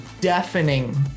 deafening